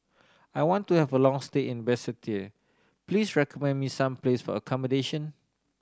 I want to have a long stay in Basseterre please recommend me some place for accommodation